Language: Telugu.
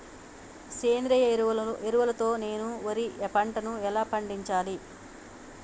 సేంద్రీయ ఎరువుల తో నేను వరి పంటను ఎలా పండించాలి?